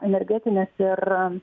energetinės ir